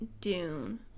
Dune